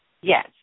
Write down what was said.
Yes